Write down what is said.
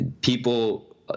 People